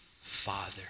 Father